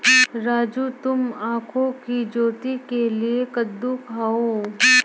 राजू तुम आंखों की ज्योति के लिए कद्दू खाओ